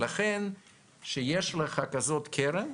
לכן כשיש לך כזאת קרן,